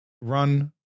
run